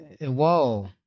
Whoa